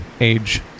age